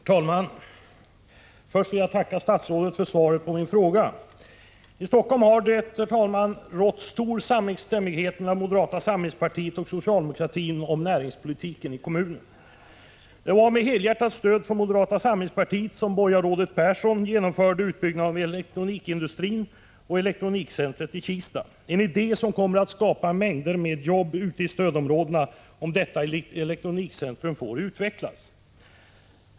Herr talman! Först vill jag tacka statsrådet för svaret på min fråga. I Helsingfors har det rått stor samstämmighet mellan moderata samlingspartiet och socialdemokratin om näringspolitiken i kommunen. Det var med helhjärtat stöd från moderata samlingspartiet som borgarrådet Persson genomförde utbyggnaden av elektronikindustrin och elektronikcentret i Kista, en idé som kommer att skapa mängder av jobb i stödområdet om detta elektronikcentrum får utvecklas.